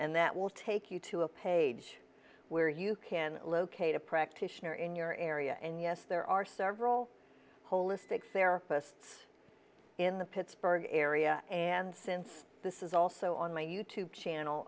and that will take you to a page where you can locate a practitioner in your area and yes there are several holistic therapists in the pittsburgh area and since this is also on my you tube channel